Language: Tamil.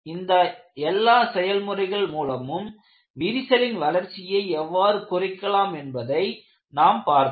இந்த எல்லா செயல் முறைகள் மூலமும் விரிசலின் வளர்ச்சியை எவ்வாறு குறைக்கலாம் என்பதை நாம் பார்த்தோம்